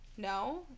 No